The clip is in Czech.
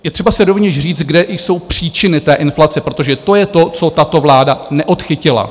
Je třeba si rovněž říct, kde jsou příčiny té inflace, protože to je to, co tato vláda neodchytila.